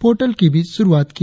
portal की भी शुरुआत की